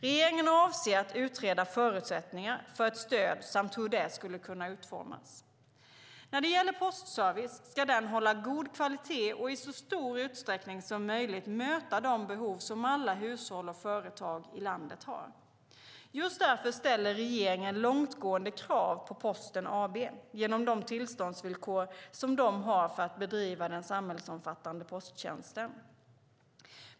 Regeringen avser att utreda förutsättningar för ett stöd samt hur det skulle kunna utformas. När det gäller postservice ska den hålla god kvalitet och i så stor utsträckning som möjligt möta de behov som alla hushåll och företag i landet har. Just därför ställer regeringen långtgående krav på Posten AB genom de tillståndsvillkor som de har för att bedriva den samhällsomfattande posttjänsten.